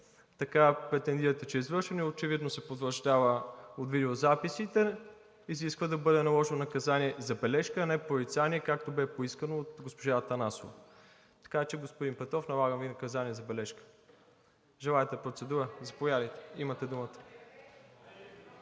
така претендирате, че е извършено, и очевидно се потвърждава от видеозаписите, изисква да бъде наложено наказание „забележка“, а не „порицание“, както бе поискано от госпожа Атанасова. Така че, господин Петров, налагам Ви наказание „забележка“. Желаете процедура? Заповядайте, имате думата.